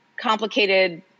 complicated